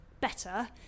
better